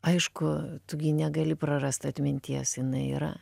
aišku tu gi negali prarast atminties jinai yra